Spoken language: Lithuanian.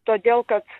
todėl kad